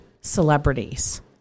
celebrities